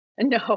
No